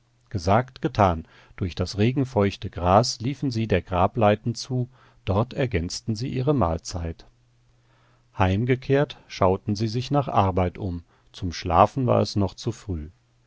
gesagt getan durch das regenfeuchte gras liefen sie der grableiten zu dort ergänzten sie ihre mahlzeit heimgekehrt schauten sie sich nach arbeit um zum schlafen war es noch zu früh